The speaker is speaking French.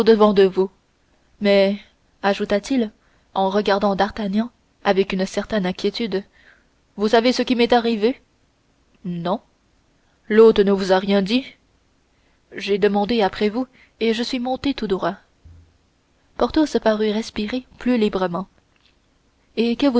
de vous mais ajouta-t-il en regardant d'artagnan avec une certaine inquiétude vous savez ce qui m'est arrivé non l'hôte ne vous a rien dit j'ai demandé après vous et je suis monté tout droit porthos parut respirer plus librement et